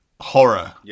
horror